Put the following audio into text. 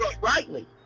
rightly